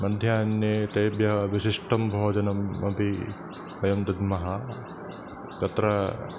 मध्याह्ने तेभ्यः विशिष्टं भोजनम् अपि वयं दद्मः तत्र